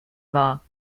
war